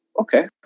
Okay